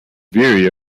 vary